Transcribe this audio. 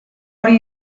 hori